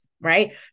right